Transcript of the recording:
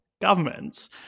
governments